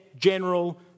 general